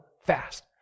fast